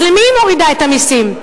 אז למי היא מורידה את המסים?